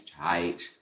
tight